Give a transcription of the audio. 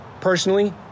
personally